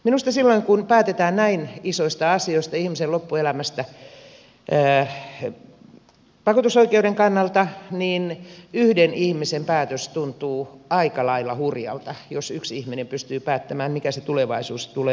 minusta silloin kun päätetään näin isoista asioista ihmisen loppuelämästä vakuutusoikeuden kannalta yhden ihmisen päätös tuntuu aika lailla hurjalta jos yksi ihminen pystyy päättämään mikä se tulevaisuus tulee olemaan